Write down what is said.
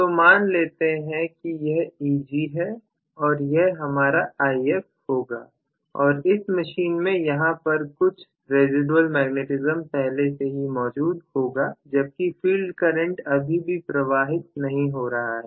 तो मान लेते हैं कि यह Eg है और यह हमारा If होगा और इस मशीन में यहां पर कुछ रेसीडुएल मैग्नेटिज्म पहले से ही मौजूद होगा जबकि फील्ड करंट अभी भी प्रवाहित नहीं हो रहा है